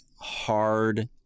hard